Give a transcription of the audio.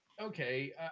Okay